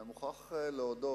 אני מוכרח להודות